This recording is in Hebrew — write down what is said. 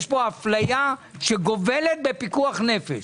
יש פה אפליה שגובלת בפיקוח נפש.